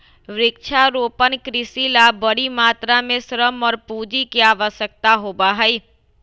वृक्षारोपण कृषि ला बड़ी मात्रा में श्रम और पूंजी के आवश्यकता होबा हई